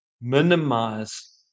minimize